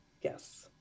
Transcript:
yes